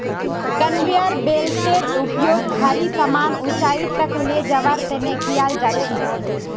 conveyor बेल्टेर उपयोग भारी समान ऊंचाई तक ले जवार तने कियाल जा छे